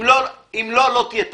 אם לא, לא תהיה תחרות.